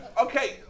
Okay